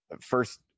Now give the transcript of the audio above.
first